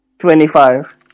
Twenty-five